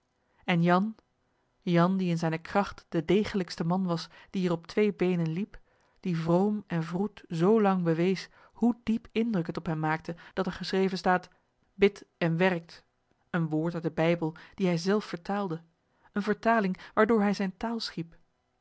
en jan jan die in zijne kracht de degelijkste man was die er op twee beenen liep die vroom en vroed zoo lang bewees hoe diepen indruk het op hem maakte dat er geschreven staat bidt en werkt een woord uit den bijbel dien hij zelf vertaalde eene vertaling waardoor hij zijn taal schiep